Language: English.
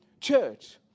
church